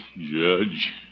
Judge